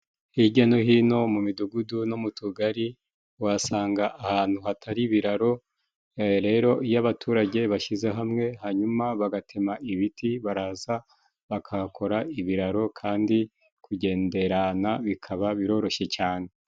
Hirya no hino mu midugudu no mu tugari wasanga ahantu hatari ibiraro. Rero iyo abaturage bashyize hamwe hanyuma bagatema ibiti, baraza bakakora ibiraro kandi kugenderana bikaba biroroshye cyane.